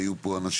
והיו פה אנשים,